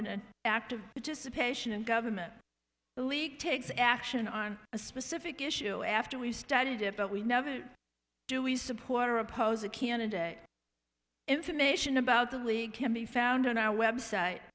and active participation in government the league takes action on a specific issue after we started it but we never do we support or oppose a candidate information about the league can be found on our website